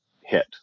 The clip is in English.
hit